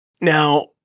Now